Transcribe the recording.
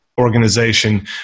organization